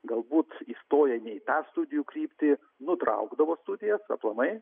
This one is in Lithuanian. galbūt įstoję ne į tą studijų kryptį nutraukdavo studijas aplamai